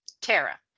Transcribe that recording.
Tara